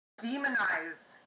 demonize